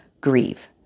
grieve